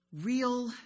Real